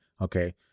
Okay